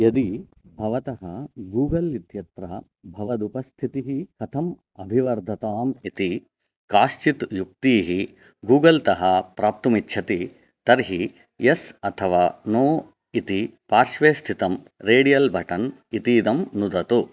यदि भवतः गूगल् इत्यत्र भवदुपस्थितिः कथं अभिवर्धताम् इति काश्चित् युक्तीः गूगल् तः प्राप्तुमिच्छति तर्हि एस् अथवा नो इति पार्श्वे स्थितं रेडियल् बटन् इतीदं नुदतु